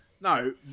No